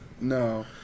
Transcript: No